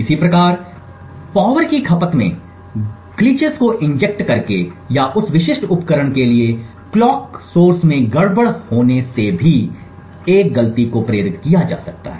इसी प्रकार बिजली की खपत में ग्लिट्स को इंजेक्ट करके या उस विशिष्ट उपकरण के लिए कलॉक स्रोत में गड़बड़ होने से भी एक गलती को प्रेरित किया जा सकता है